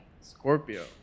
Scorpio